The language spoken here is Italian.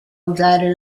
usare